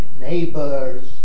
neighbors